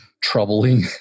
troubling